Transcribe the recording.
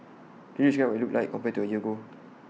could you describe what IT looked like compared to A year ago